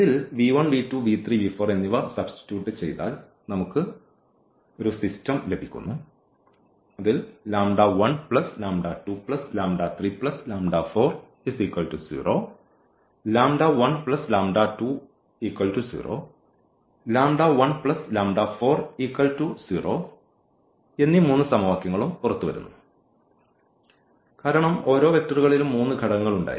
ഇതിൽ നിന്നും എന്നീ മൂന്ന് സമവാക്യങ്ങളും പുറത്തുവരുന്നു കാരണം ഓരോ വെക്ടറുകളിലും മൂന്ന് ഘടകങ്ങൾ ഉണ്ടായിരുന്നു